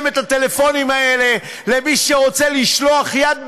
את הטלפונים האלה למי שרוצה לשלוח יד בנפשו,